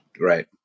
Right